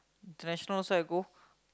international also I go